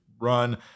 run